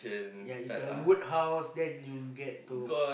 ya it's a wood house then you get to